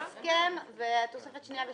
ההסכם אבל צריך להקריא את התוספת השנייה והשלישית.